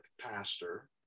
pastor